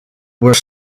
were